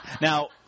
Now